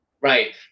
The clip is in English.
Right